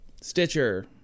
Stitcher